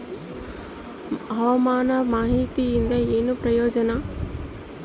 ಹವಾಮಾನ ಮಾಹಿತಿಯಿಂದ ಏನು ಪ್ರಯೋಜನ?